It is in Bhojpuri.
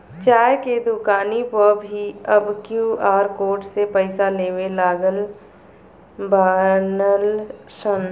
चाय के दुकानी पअ भी अब क्यू.आर कोड से पईसा लेवे लागल बानअ सन